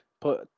put